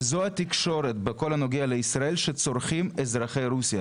וזו תקשורת שצורכים אזרחי רוסיה